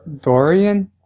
Dorian